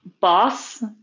Boss